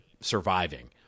surviving